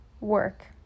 work